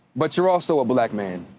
but you're also a black man.